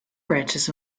branches